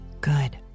good